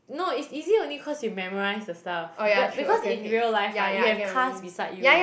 no it's easier only cause you memorise the stuff but because in real life right you have cars beside you